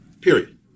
period